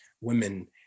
women